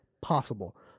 possible